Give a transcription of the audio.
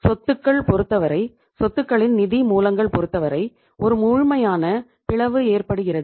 சொத்துக்கள் பொருத்தவரை சொத்துக்களின் நிதி மூலங்கள் பொருத்தவரை ஒரு முழுமையான பிளவு ஏற்படுகிறது